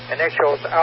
Initials